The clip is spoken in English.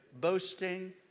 boasting